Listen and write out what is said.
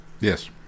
Yes